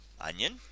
onion